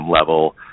level